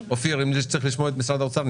אם צריך לשמוע את משרד האוצר,